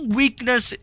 weakness